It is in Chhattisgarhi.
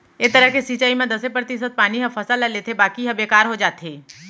ए तरह के सिंचई म दसे परतिसत पानी ह फसल ल लेथे बाकी ह बेकार हो जाथे